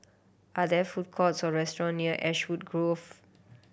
are there food courts or restaurant near Ashwood Grove